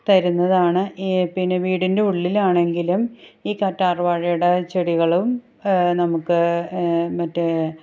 തരുന്നതാണ് ഈ പിന്നെ വീടിന്റെ ഉള്ളിലാണെങ്കിലും ഈ കറ്റാർ വാഴയുടെ ചെടികളും നമുക്ക് മറ്റേ